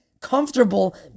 comfortable